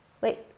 wait